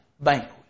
banquet